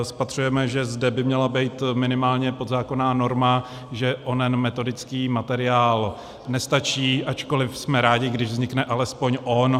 Spatřujeme, že zde by měla být minimálně podzákonná norma, že onen metodický materiál nestačí, ačkoli jsme rádi, když vznikne alespoň on.